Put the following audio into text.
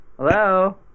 Hello